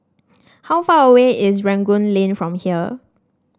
how far away is Rangoon Lane from here